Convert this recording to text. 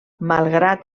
malgrat